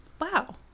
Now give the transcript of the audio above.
Wow